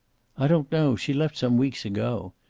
i don't know. she left some weeks ago.